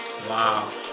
Wow